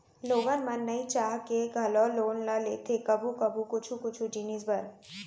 लोगन मन नइ चाह के घलौ लोन ल लेथे कभू कभू कुछु कुछु जिनिस बर